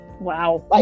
Wow